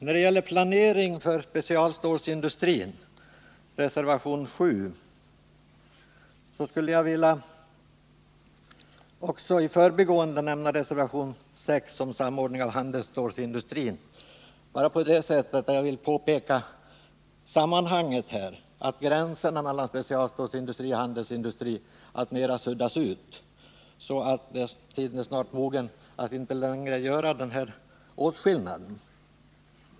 När det gäller reservation 7 om planering för specialstålsindustrin skulle jag i förbigående vilja nämna också reservation 6 om samordning av handelsstålsindustrin. Jag vill påpeka sammanhanget. Gränserna mellan specialstålsindustrin och handelsstålsindustrin suddas alltmer ut, så att tiden snart är mogen för att inte längre göra denna åtskillnad.